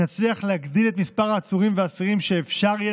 נצליח להגדיל את מספר העצורים והאסירים שאפשר יהיה